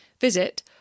Visit